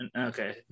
okay